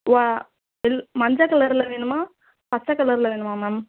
வா எல் மஞ்சள் கலரில் வேணுமா பச்சை கலரில் வேணுமா மேம்